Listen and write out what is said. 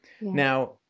Now